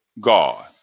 God